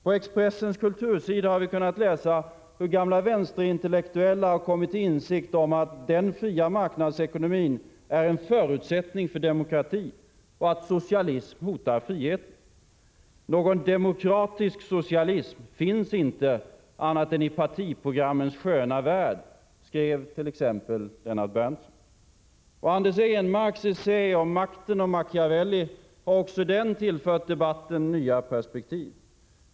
På Expressens kultursidor har vi kunnat läsa hur gamla vänsterintellektuella har kommit till insikt om att den fria marknadsekonomin är en förutsättning för demokrati och att socialism hotar friheten. ”Någon demokratisk socialism finns inte annat än i partiprogrammens sköna värld”, skrev t.ex. Lennart Berntsson. Och Anders Ehnmarks essä om makten och Machiavelli har också den tillfört debatten nya perspektiv.